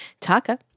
Taka